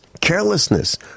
carelessness